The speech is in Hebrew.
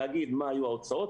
להגיד מה היו ההוצאות,